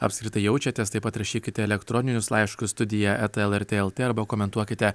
apskritai jaučiatės taip pat rašykit elektroninius laiškus studija eta lrt lt arba komentuokite